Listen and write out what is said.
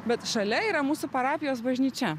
bet šalia yra mūsų parapijos bažnyčia